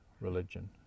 religion